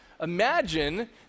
Imagine